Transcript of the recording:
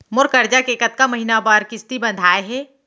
मोर करजा के कतका महीना बर किस्ती बंधाये हे?